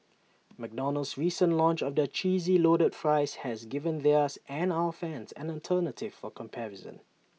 McDonald's recent launch of their cheesy loaded fries has given theirs and our fans an alternative for comparison